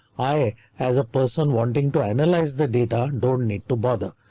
i as a person wanting to analyze the data, don't need to bother.